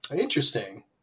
Interesting